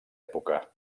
època